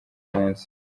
munsi